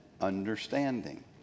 understanding